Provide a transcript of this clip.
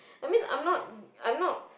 I'm mean I'm not I'm not